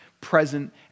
present